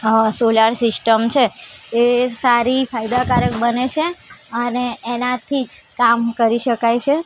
અ solar system છે એ સારી ફાયદાકારક બને છે અને એનાથી જ કામ કરી શકાય છે